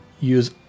use